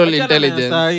intelligence